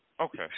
Okay